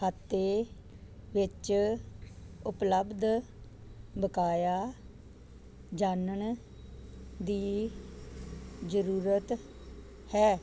ਖਾਤੇ ਵਿੱਚ ਉਪਲਬਧ ਬਕਾਇਆ ਜਾਣਨ ਦੀ ਜ਼ਰੂਰਤ ਹੈ